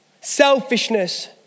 Selfishness